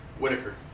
Whitaker